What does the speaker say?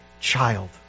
child